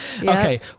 Okay